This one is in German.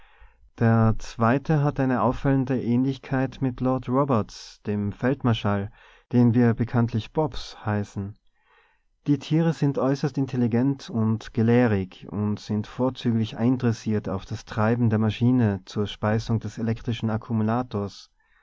der zweite hat eine auffallende ähnlichkeit mit lord roberts dem feldmarschall den wir bekanntlich bobs heißen die tiere sind äußerst intelligent und gelehrig und sind vorzüglich eindressiert auf das treiben der maschine zur speisung des elektrischen akkumulators